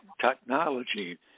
Technology